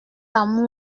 amour